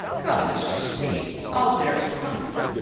come, mistress kate, i'll bear you company.